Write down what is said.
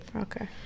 Okay